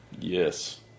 Yes